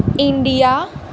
India